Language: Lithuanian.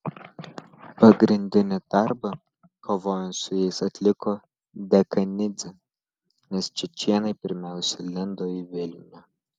pagrindinį darbą kovojant su jais atliko dekanidzė nes čečėnai pirmiausia lindo į vilnių